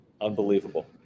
Unbelievable